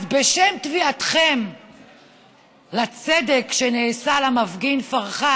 אז בשם תביעתכם לצדק למפגין פרח,